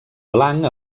blanc